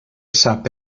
sap